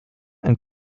and